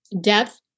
depth